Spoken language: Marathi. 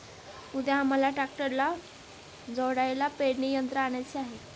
उद्या आम्हाला ट्रॅक्टरला जोडायला पेरणी यंत्र आणायचे आहे